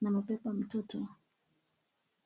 ,na amebeba mtoto.